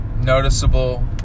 noticeable